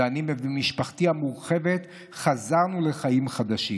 ואני ומשפחתי המורחבת חזרנו לחיים חדשים.